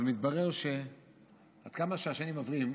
אבל מתברר שעד כמה שהשנים עוברות,